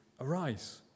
Arise